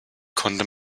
konnte